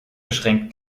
beschränkt